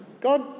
God